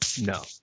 No